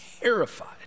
terrified